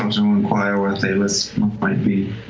um so inquire where thelyss might be